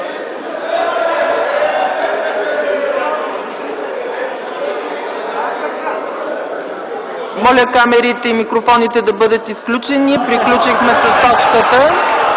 Моля камерите и микрофоните да бъдат изключени. Приключихме с точката.